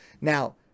Now